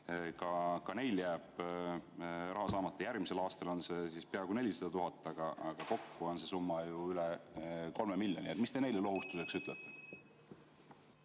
Ka neil jääb raha saamata, järgmisel aastal on see peaaegu 400 000 eurot, aga kokku on see summa üle 3 miljoni. Mis te neile lohutuseks ütlete?